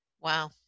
Wow